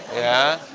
yeah,